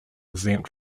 exempt